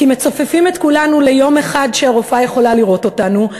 כי מצופפים את כולנו ליום אחד שבו הרופאה יכולה לראות אותנו,